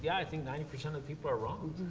yeah i think ninety percent of people are wrong.